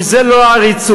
אם זה לא עריצות,